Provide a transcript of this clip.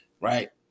right